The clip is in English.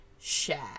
share